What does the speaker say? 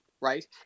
right